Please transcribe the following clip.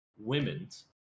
Women's